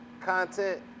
Content